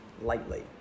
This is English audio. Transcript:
lightly